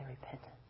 repentance